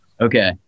Okay